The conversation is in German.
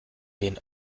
den